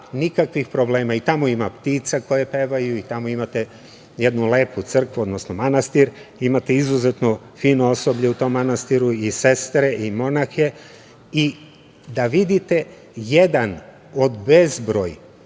nikakvih problema. I tamo ima ptica koje pevaju i tamo imate jednu lepu crkvu, odnosno manastir. Imate izuzetno fino osoblje u tom manastiru i sestre i monahe i da vidite jedan od bezbroj